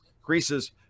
Greece's